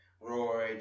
Roy